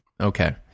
Okay